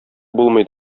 булмый